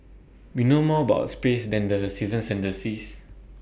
we know more about space than the seasons and the seas